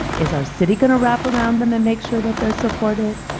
is our city going to wrap around them and make sure that there supported?